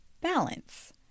balance